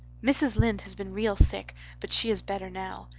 mrs. lynde has been real sick but she is better now.